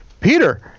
peter